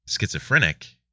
schizophrenic